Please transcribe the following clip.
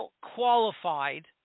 qualified